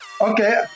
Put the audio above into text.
Okay